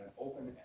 open